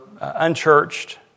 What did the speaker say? unchurched